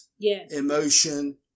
emotion